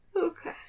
Okay